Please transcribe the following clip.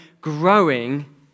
growing